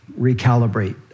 recalibrate